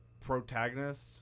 Protagonist